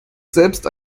selbst